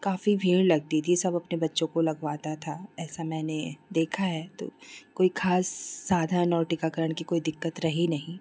काफ़ी भीड़ लगती थी सब अपने बच्चों को लगवाता था ऐसा मैंने देखा है तो कोई खास साधन और टीकाकरण की कोई दिक्कत रही नहीं